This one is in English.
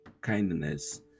kindness